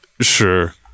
Sure